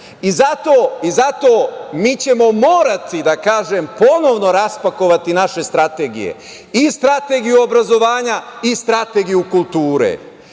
ćemo mi morati, da kažem, ponovno raspakovati naše strategije, i strategiju obrazovanja, i strategiju kulture,